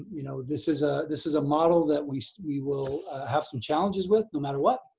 you know, this is ah this is a model that we so we will have some challenges with no matter what,